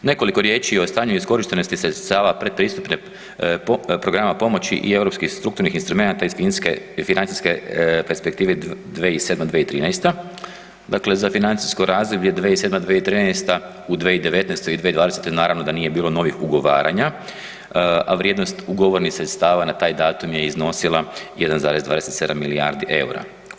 Nekoliko riječi o stanju iskorištenosti sredstava pretpristupne programa pomoći i europskih strukturnih instrumenata iz financijske perspektive 2007. – 2013., dakle za financijsko razdoblje 2007. – 2013., u 2019. i 2020. naravno da nije bilo novih ugovaranja, a vrijednost ugovornih sredstava na taj datum je iznosila 1,27 milijardi EUR-a.